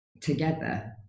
together